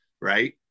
right